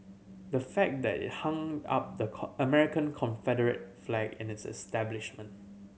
the fact that it hung up the American Confederate flag in its establishment